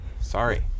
sorry